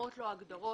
קיימות לו הגדרות